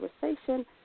conversation